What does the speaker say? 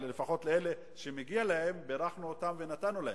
לפחות אלה שמגיע להם בירכנו אותם ונתנו להם,